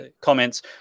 comments